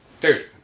Dude